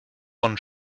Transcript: von